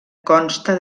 consta